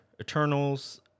Eternals